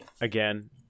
again